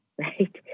Right